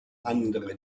andere